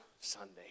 Sunday